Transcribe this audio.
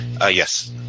yes